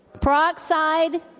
Peroxide